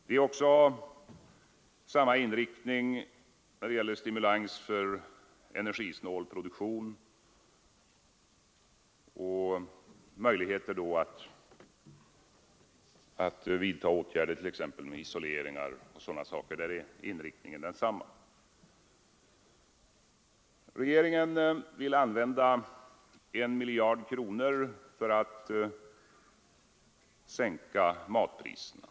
Vi har 30 januari 1974 samma inriktning också i fråga om stimulans för energisnål produktion ————— och möjligheter därvidlag att vidta åtgärder, t.ex. genom bättre isolering. Allmänpolitisk Regeringen vill använda 1 miljard kronor för att sänka matpriserna.